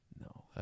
No